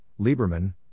Lieberman